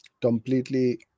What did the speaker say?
Completely